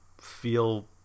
feel